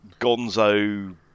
gonzo